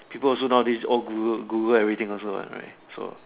people also nowadays all Google Google everything also I'm right so